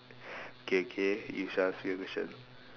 okay okay you shall ask me a question